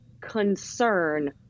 concern